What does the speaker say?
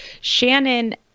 Shannon